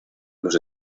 los